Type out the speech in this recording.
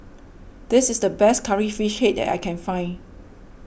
this is the best Curry Fish Head that I can find